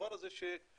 במובן הזה שפרקטיקות